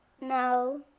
No